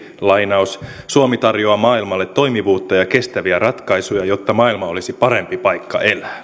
suomi tarjoaa maailmalle toimivuutta ja kestäviä ratkaisuja jotta maailma olisi parempi paikka